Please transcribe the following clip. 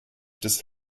des